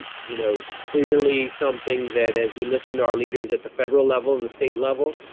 you know, clearly something that, as we listen to our leaders at the federal level, and the state level,